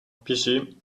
busy